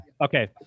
Okay